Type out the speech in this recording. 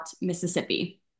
Mississippi